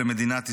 למדינת ישראל.